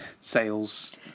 sales